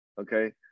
Okay